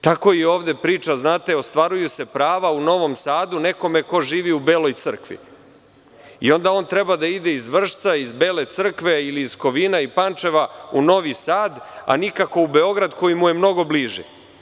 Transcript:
Tako i ova priča, ostvaruju se prava u Novom Sadu, nekome ko živi u Beloj Crkvi i onda on treba da ide iz Vršca, Bele Crkve ili iz Kovina i Pančeva u Novi Sad, a nikako u Beograd koji mu je mnogo bliži.